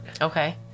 Okay